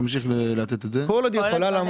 כל עוד היא יכולה.